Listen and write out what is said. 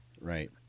Right